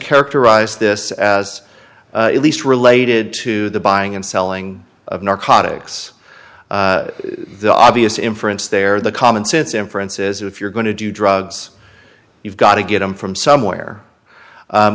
characterized this as at least related to the buying and selling of narcotics the obvious inference there the common sense inference is if you're going to do drugs you've got to get them from somewhere